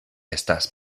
estas